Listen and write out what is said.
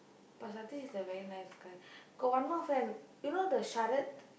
but Satish is a very nice guy got one more friend you know the Sharath